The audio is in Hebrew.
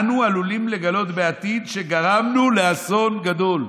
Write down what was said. אנו עלולים לגלות בעתיד שגרמנו לאסון גדול.